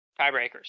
tiebreakers